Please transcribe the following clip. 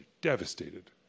devastated